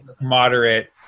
moderate